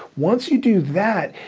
once you do that,